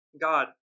God